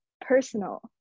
personal